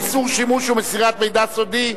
איסור שימוש ומסירת מידע סודי),